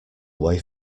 away